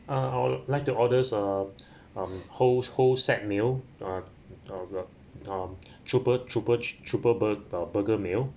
uh I would like to order uh um whole whole set meals uh uh um trooper trooper trooper bur~ uh burger meal